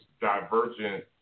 divergent